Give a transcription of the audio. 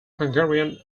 hungarian